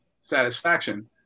satisfaction